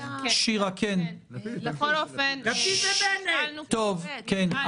בכל אופן נשאלנו פה גם ביום חמישי --- לפיד ובנט.